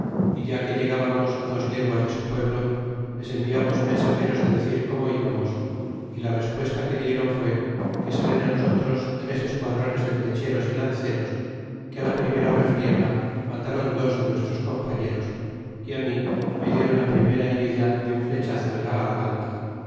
e ya que regalamos dos leguas de su pueblo les enviamos mensageros decir como íbamos y la respuesta que dieron fue que salen nosotros tres esquadrones de flecheros y lanceros que la primera refriega reataron dos de nuestros compañeros e a mi me dieron la primera herida de un flechazo en la garganta